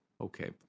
Okay